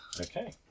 Okay